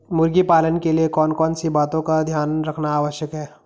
मुर्गी पालन के लिए कौन कौन सी बातों का ध्यान रखना आवश्यक है?